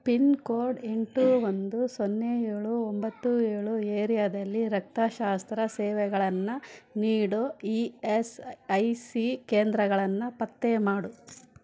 pin code ಎಂಟು ಒಂದು ಸೊನ್ನೆ ಏಳು ಒಂಬತ್ತು ಏಳು ಏರಿಯಾದಲ್ಲಿ ರಕ್ತಶಾಸ್ತ್ರ ಸೇವೆಗಳನ್ನು ನೀಡೊ ಇ ಎಸ್ ಐ ಸಿ ಕೇಂದ್ರಗಳನ್ನು ಪತ್ತೆ ಮಾಡು